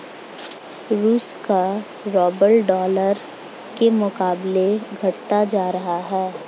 रूस का rouble dollar के मुकाबले घटता जा रहा है